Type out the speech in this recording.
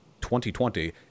2020